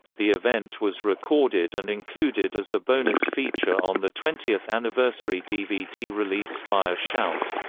the event was recorded and included as a bonus feature on the twentieth anniversary dvd release via shout!